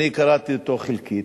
קראתי אותו חלקית.